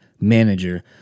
manager